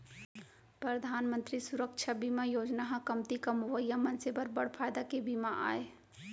परधान मंतरी सुरक्छा बीमा योजना ह कमती कमवइया मनसे बर बड़ फायदा के बीमा आय